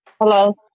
Hello